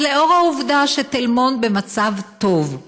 אז לאור העובדה שתל מונד במצב טוב,